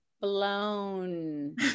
Blown